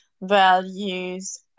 values